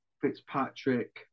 Fitzpatrick